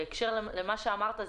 בהקשר למה שאמרת,